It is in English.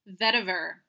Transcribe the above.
Vetiver